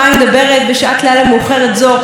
מה שהדוח האחרון של האו"ם,